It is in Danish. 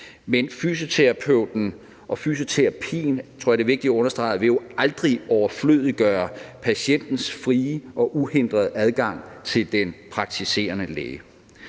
Men fysioterapeuten og fysioterapi – tror jeg det er vigtigt at understrege – vil jo aldrig overflødiggøre patientens frie og uhindrede adgang til den praktiserende læge.